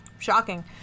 shocking